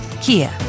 Kia